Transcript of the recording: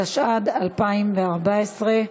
התשע"ד 2014,